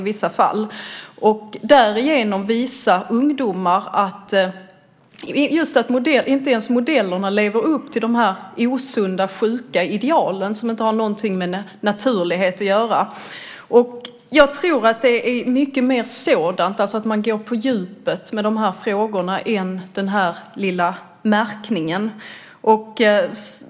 På så sätt kan man visa för ungdomarna att inte ens modellerna lever upp till de osunda, sjuka idealen, som ju inte har någonting med naturlighet att göra. Jag tror att det behövs mycket mer sådant, alltså att man går på djupet med dessa frågor, i stället för den lilla märkningen.